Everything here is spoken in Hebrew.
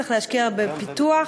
צריך להשקיע בפיתוח.